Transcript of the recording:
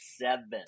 seven